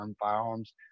firearms